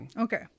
Okay